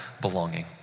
belonging